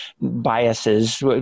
biases